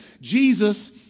Jesus